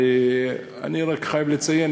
אני רק חייב לציין,